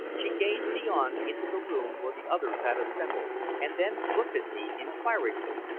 she gazed beyond into the room where the others had assembled, and then looked at me inquiringly,